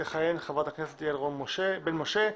חוק ומשפט תכהן חה"כ יעל רון בן משה,